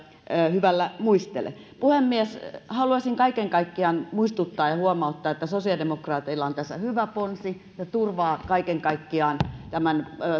hyvällä muistele puhemies haluaisin kaiken kaikkiaan muistuttaa ja huomauttaa että sosiaalidemokraateilla on tässä hyvä ponsi se turvaa kaiken kaikkiaan